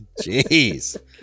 jeez